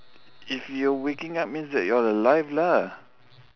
if you're waking up means that you are alive lah